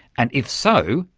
and if so,